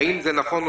האם זה נכון?